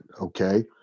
Okay